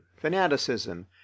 fanaticism